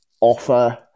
offer